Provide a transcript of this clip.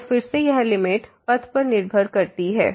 तो फिर से यह लिमिट पथ पर निर्भर करती है